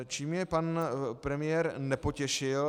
Čím mě pan premiér nepotěšil?